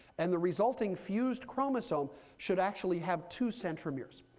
and the resulting fused chromosome should actually have two centromeres.